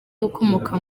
ukomoka